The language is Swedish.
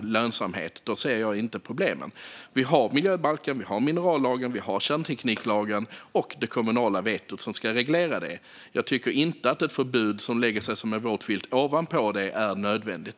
lönsamt, ser jag inget problem. Vi har miljöbalken, minerallagen, kärntekniklagen och det kommunala vetot som ska reglera detta. Jag tycker inte att ett förbud som lägger sig som en våt filt ovanpå det är nödvändigt.